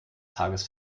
tages